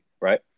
Right